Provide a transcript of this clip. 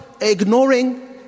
ignoring